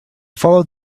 followed